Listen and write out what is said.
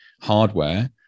hardware